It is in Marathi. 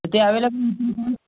ते अवेलेबल